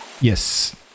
Yes